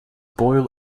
boil